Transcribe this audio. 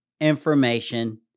Information